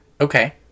Okay